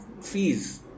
fees